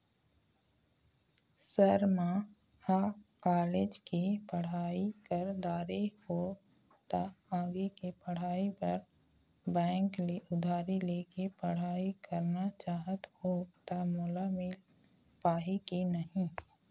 Sir म ह college के पढ़ाई कर दारें हों ता आगे के पढ़ाई बर बैंक ले उधारी ले के पढ़ाई करना चाहत हों ता मोला मील पाही की नहीं?